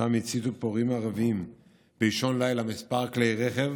שם הציתו פורעים ערבים באישון לילה כמה כלי רכב